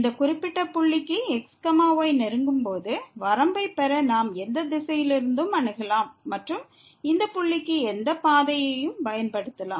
இந்த குறிப்பிட்ட புள்ளிக்கு x y நெருங்கும்போது வரம்பைப் பெற நாம் எந்த திசையிலிருந்தும் அணுகலாம் மற்றும் இந்த புள்ளிக்கு எந்த பாதையையும் பயன்படுத்தலாம்